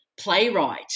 playwright